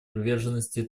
приверженности